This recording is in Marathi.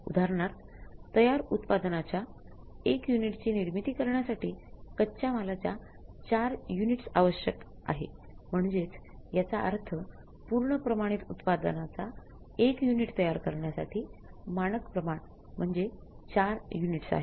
उदाहरणार्थ तयार उत्पादनाच्या 1 युनिटची निर्मिती करण्यासाठी कच्च्या मालाच्या 4 युनिट्स आवश्यक आहे म्हणजेच याच अर्थ पूर्ण प्रमाणित उत्पादनाचा १ युनिट तयार करण्यासाठी मानक प्रमाण म्हणजे ४ युनिट्स आहेत